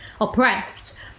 oppressed